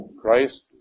Christ